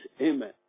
Amen